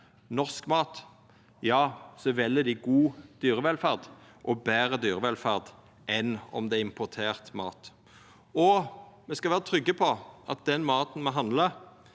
norsk mat, ja, då vel dei god dyrevelferd, og betre dyrevelferd enn om maten er importert. Me skal vera trygge på at den maten me handlar,